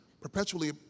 perpetually